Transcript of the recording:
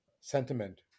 sentiment